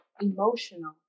emotional